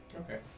Okay